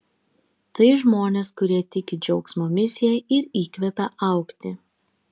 tai žmonės kurie tiki džiaugsmo misija ir įkvepia augti